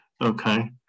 Okay